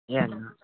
ہے نا